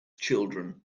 children